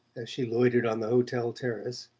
as she loitered on the hotel terrace,